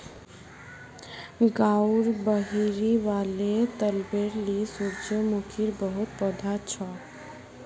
गांउर बहिरी वाले तलबेर ली सूरजमुखीर बहुत पौधा छ